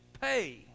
pay